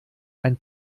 ein